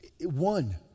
one